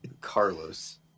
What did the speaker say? Carlos